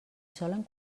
solen